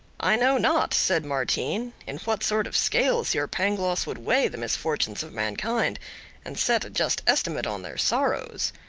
i know not, said martin, in what sort of scales your pangloss would weigh the misfortunes of mankind and set a just estimate on their sorrows.